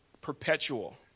perpetual